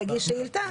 להגיש שאילתה?